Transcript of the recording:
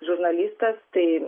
žurnalistas tai